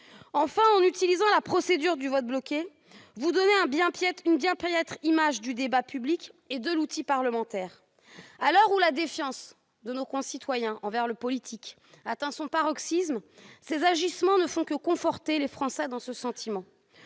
Enfin, en utilisant la procédure du vote bloqué, vous donnez une bien piètre image du débat public et de l'outil parlementaire. À l'heure où la défiance de nos concitoyens envers le politique atteint son paroxysme, ces agissements ne font que conforter les Français dans ce sentiment.